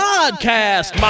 Podcast